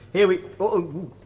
here we whoop,